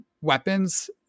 weapons